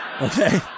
okay